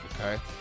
okay